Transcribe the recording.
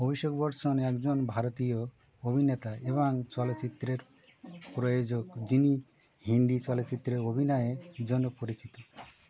অভিষেক বচ্চন একজন ভারতীয় অভিনেতা এবং চলচ্চিত্রের প্রয়োজক যিনি হিন্দি চলচ্চিত্রে অভিনয়ের জন্য পরিচিত